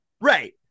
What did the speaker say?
Right